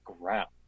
ground